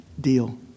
deal